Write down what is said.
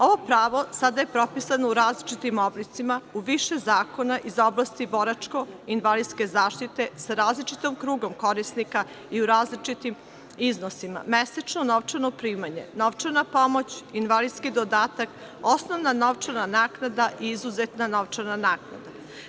Ovo pravo sada je propisano u različitim oblicima, u više zakona iz oblasti boračko-invalidske zaštite sa različitim krugom korisnika i u različitim iznosima – mesečno novčano primanje, novčana pomoć, invalidski dodatak, osnovna novčana naknada i izuzetna novčana naknada.